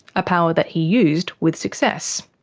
a power that he used, with success.